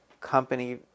company